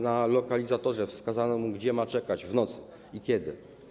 Na lokalizatorze wskazano mu, gdzie ma czekać w nocy i kiedy.